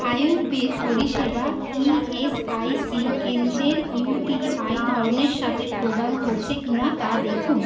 আয়ুর্বেদ পরিষেবা ইএসআইসি কেন্দ্রের ইউটিআই ধরনের সাথে প্রদান করছে কিনা তা দেখুন